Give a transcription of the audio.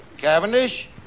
Cavendish